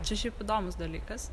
čia šiaip įdomus dalykas